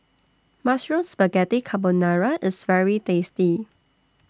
Mushroom Spaghetti Carbonara IS very tasty